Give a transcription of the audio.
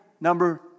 number